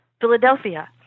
Philadelphia